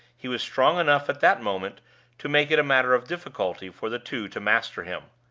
he was strong enough at that moment to make it a matter of difficulty for the two to master him.